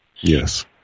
Yes